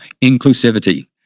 inclusivity